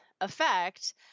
effect